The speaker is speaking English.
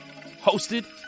hosted